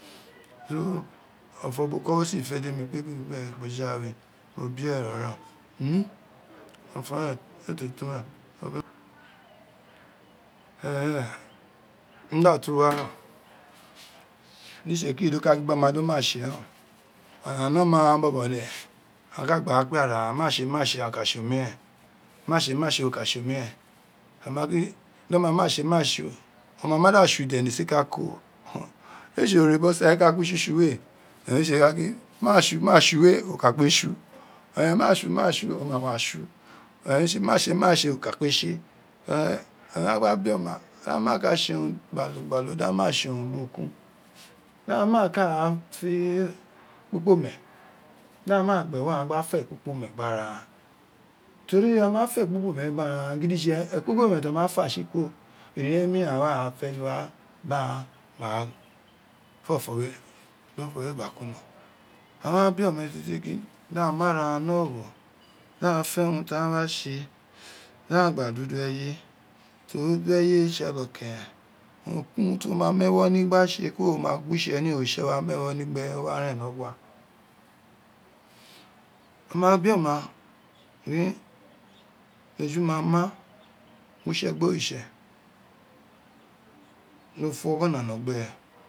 Ofo boko wo sin fe demi kpe gin botojawe mo bie ro ren ofo we ei te to mo datu wa ren o diitsekrido ka gin gbe oma do ima tse ren aghan no ma ghan bobo de matse matse agha ka tse matse agha ka tse omiren ma tse matse oka tse omiren a ma gin di oma ma tseu maa tseu we oka kpe tsue e owun re tse man tse maa tse mid tse maa o ka ope tsi enw no gba bio ma daghi maa ka tse umu gbalogbalo di agheb man ka fe ekpi kponi da ghan maa gba ewo aghan gba fa ekpikpomen gbe ara aghan teri aghan ma fa ekpikpo nun we gbe ara aghan gidife ekpikpo ti o mafa tsi kuro ireye miren oroun a wa ra fe wa daghan gba ra ofo we di ofo we gba kun no non a on bie ometitie gin daghin mara ghan ni ogho daghan fe urun ti aghen wa tse dagjan gba do udo eye tori udo efe owun re tse olokene urun ti wo mi mu ewo ni gba tse kiro ti wo miu ewo ni gba tse kiro wa. a griiste ni oritse wa mu ewo ni gbe re owa ren ni ogua eji ma ma gwitse gbe oritse do fun ogoun no gbe re.